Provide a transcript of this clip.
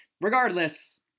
Regardless